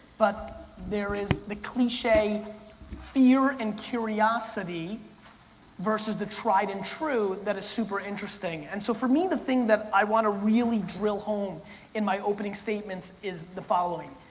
but there is the cliche fear and curiosity versus the tried and true that is super interesting. and so for me, the thing that i wanna really drill home in my opening statements is the following.